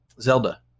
Zelda